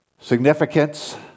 significance